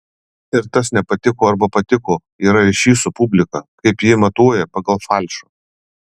ir tas nepatiko arba patiko yra ryšys su publika kaip ji matuoja pagal falšą